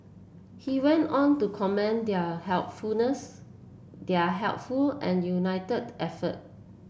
he went on to commend their helpfulness their helpful and united effort